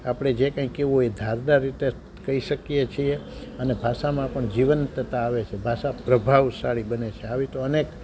આપણે જે કંઈ કેવું હોય ધારદાર રીતે કઈ શકીએ છીએ અને ભાષામાં પણ જીવંતતા આવે છે ભાષા પ્રભાવશાળી બને છે આવી તો અનેક